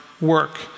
work